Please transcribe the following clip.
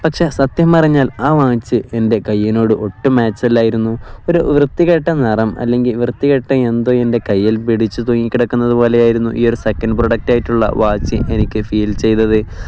പക്ഷേ സത്യം പറഞ്ഞാൽ ആ വാച്ച് എൻ്റെ കയ്യിനൊട്ടും മാച്ചല്ലായിരുന്നു ഒരു വൃത്തികെട്ട നിറം അല്ലെങ്കില് വൃത്തികെട്ട എന്തോ എൻ്റെ കയ്യിൽ പിടിച്ച് തൂങ്ങികിടക്കുന്നത് പോലെയായിരുന്നു ഈയൊരു സെക്കൻഡ് പ്രൊഡക്റ്റായിട്ടുള്ള വാച്ച് എനിക്ക് ഫീൽ ചെയ്തത്